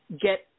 get